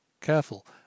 careful